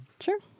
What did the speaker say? Sure